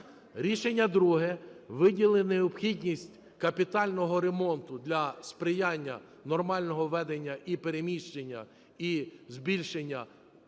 Рішення друге: виділено необхідність капітального ремонту для сприяння нормального ведення і переміщення, і збільшення вантажопотоку.